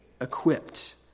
equipped